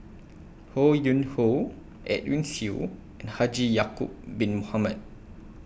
Ho Yuen Hoe Edwin Siew and Haji Ya'Acob Bin Mohamed